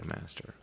master